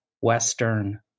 Western